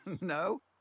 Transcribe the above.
No